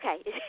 okay